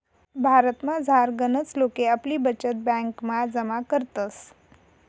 भारतमझार गनच लोके आपली बचत ब्यांकमा जमा करतस